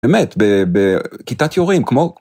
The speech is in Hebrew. באמת, בכיתת יורים, כמו...